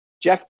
Jeff